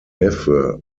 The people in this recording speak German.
neffe